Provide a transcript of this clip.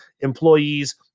employees